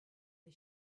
the